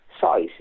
size